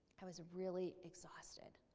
i was really exhausted.